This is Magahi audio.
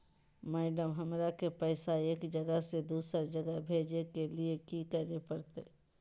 मैडम, हमरा के पैसा एक जगह से दुसर जगह भेजे के लिए की की करे परते?